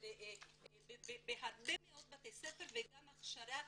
אבל בהרבה מאוד בתי ספר וגם ההכשרה